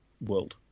world